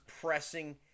pressing